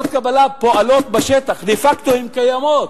ועדות קבלה פועלות בשטח, דה-פקטו הן קיימות.